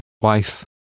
Wife